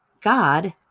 God